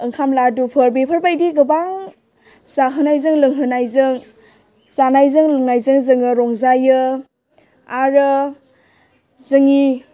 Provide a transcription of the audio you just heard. ओंखाम लादुफोर बेफोरबायदि गोबां जाहोनायजों लोंहोनायजों जानायजों लोंनायजों जोङो रंजायो आरो जोंनि